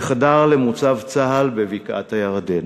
וחדר למוצב צה"ל בבקעת-הירדן.